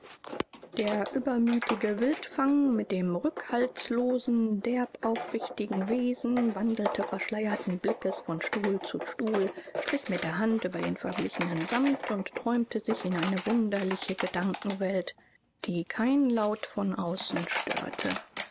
der übermütige wildfang mit dem rückhaltslosen derb aufrichtigen wesen wandelte verschleierten blickes von stuhl zu stuhl strich mit der hand über den verblichenen samt und träumte sich in eine wunderliche gedankenwelt die kein laut von außen störte